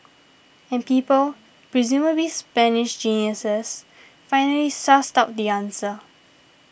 and people presumably Spanish geniuses finally sussed out the answer